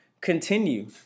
Continue